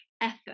effort